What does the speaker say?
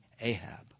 Ahab